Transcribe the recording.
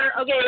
Okay